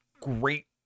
great